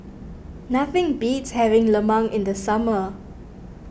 nothing beats having Lemang in the summer